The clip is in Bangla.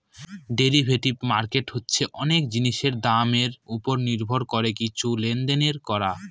ডেরিভেটিভ মার্কেট হচ্ছে অনেক জিনিসের দামের ওপর নির্ভর করে কিছু লেনদেন করা